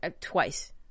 twice